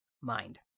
mind